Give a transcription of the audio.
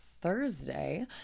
Thursday